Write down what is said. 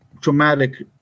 traumatic